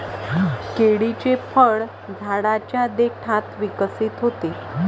केळीचे फळ झाडाच्या देठात विकसित होते